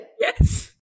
Yes